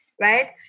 right